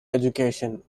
education